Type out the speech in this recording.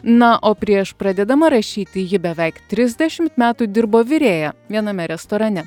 na o prieš pradėdama rašyti ji beveik trisdešimt metų dirbo virėja viename restorane